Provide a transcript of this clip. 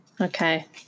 Okay